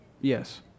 Yes